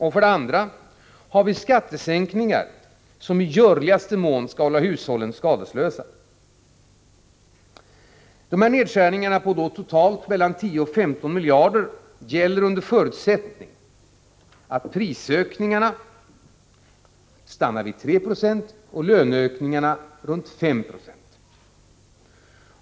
För det andra har vi föreslagit skattesänkningar som i görligaste mån skall hålla hushållen skadeslösa. Dessa nedskärningar på totalt 10-15 miljarder gäller under förutsättning att prisökningarna stannar vid 3 96 och löneökningarna runt 5 96.